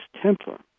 Templar